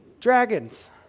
dragons